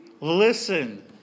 Listen